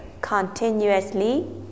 continuously